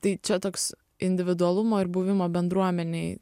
tai čia toks individualumo ir buvimo bendruomenėj